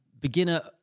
beginner